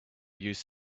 use